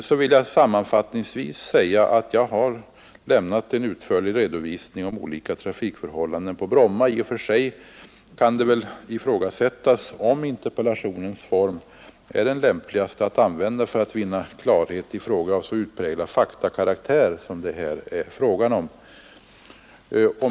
Sammanfattningsvis vill jag säga att jag lämnat en utförlig redovisning om olika trafikförhållanden på Bromma. I och för sig kan det väl ifrågasättas om interpellationens form är den lämpligaste att använda för att vinna klarhet i en fråga av så utpräglad faktakaraktär som denna.